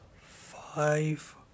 five